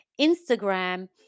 Instagram